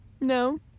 No